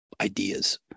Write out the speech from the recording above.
ideas